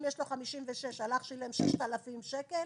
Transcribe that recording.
אם יש לו 56, הלך ושילם 6,000 שקל